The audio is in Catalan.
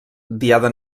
diada